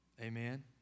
Amen